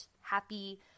happy